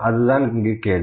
அது மற்றும் ஒரு கேள்வி